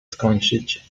skończyć